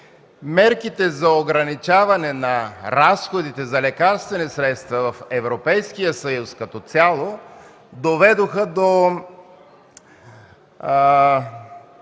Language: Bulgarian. Мерките за ограничаване на разходите за лекарствени средства в Европейския съюз като цяло доведоха до